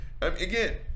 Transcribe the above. Again